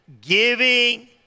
giving